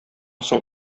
соң